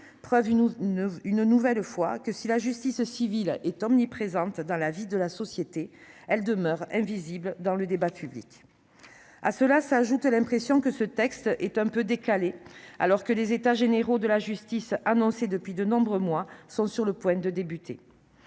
preuve une nouvelle fois que, si la justice civile est omniprésente dans la vie de la société, elle demeure invisible dans le débat public. À cela s'ajoute l'impression que ce texte est un peu décalé, alors que les États généraux de la justice, annoncés depuis de nombreux mois, sont sur le point de débuter.